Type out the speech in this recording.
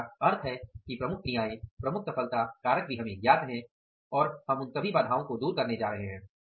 तो इसका अर्थ है कि प्रमुख क्रियाएं प्रमुख सफलता कारक भी हमें ज्ञात हैं और हम उन सभी बाधाओं को दूर करने जा रहे हैं